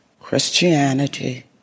Christianity